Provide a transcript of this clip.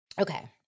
Okay